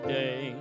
day